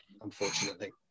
unfortunately